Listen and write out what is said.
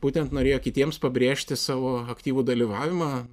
būtent norėjo kitiems pabrėžti savo aktyvų dalyvavimą